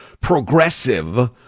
progressive